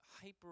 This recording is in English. hyper